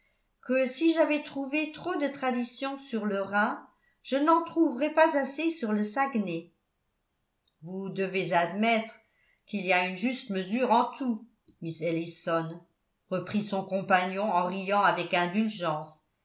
que si j'avais trouvé trop de traditions sur le rhin je n'en trouverais pas assez sur le saguenay vous devez admettre qu'il y a une juste mesure en tout miss ellison reprit son compagnon en riant avec indulgence